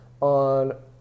on